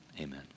Amen